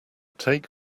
take